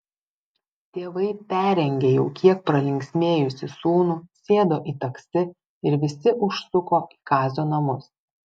tėvai perrengė jau kiek pralinksmėjusį sūnų sėdo į taksi ir visi užsuko į kazio namus